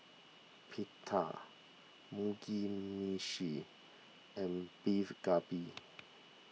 Pita Mugi Meshi and Beef Galbi